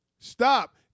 Stop